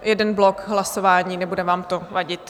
Jeden blok hlasování, nebude vám to vadit?